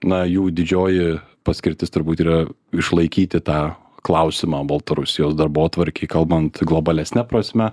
na jų didžioji paskirtis turbūt yra išlaikyti tą klausimą baltarusijos darbotvarkėj kalbant globalesne prasme